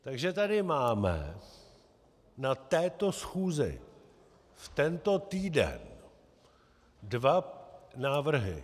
Takže tady máme na této schůzi tento týden dva návrhy.